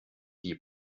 die